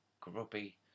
grubby